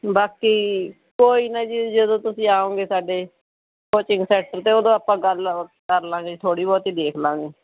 ਬਾਕੀ ਕੋਈ ਨਾ ਜੀ ਜਦੋਂ ਤੁਸੀਂ ਆਓਗੇ ਸਾਡੇ ਕੋਚਿੰਗ ਸੈਂਟਰ 'ਤੇ ਉਦੋਂ ਆਪਾਂ ਗੱਲ ਕਰ ਲਵਾਂਗੇ ਥੋੜ੍ਹੀ ਬਹੁਤੀ ਦੇਖ ਲਵਾਂਗੇ